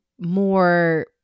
more